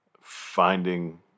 finding